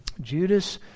Judas